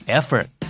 effort